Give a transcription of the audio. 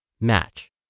Match